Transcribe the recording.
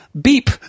Beep